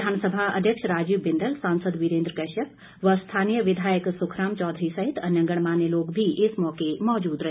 विधानसभा अध्यक्ष राजीव बिंदल सांसद वीरेन्द्र कश्यप व स्थानीय विधायक सुखराम चौधरी सहित अन्य गणमान्य लोग भी इस मौके मौजूद रहे